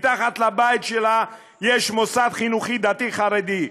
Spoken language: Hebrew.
מתחת לבית שלה יש מוסד חינוכי דתי חרדי,